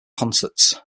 concerts